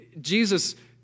Jesus